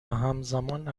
همزمان